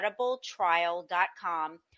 Audibletrial.com